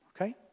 Okay